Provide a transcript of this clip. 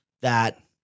that-